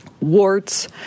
warts